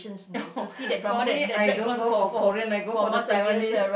oh for me I don't go for the Korean I go for the Taiwanese